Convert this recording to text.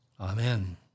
Amen